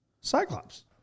Cyclops